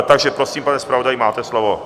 Takže prosím, pane zpravodaji, máte slovo.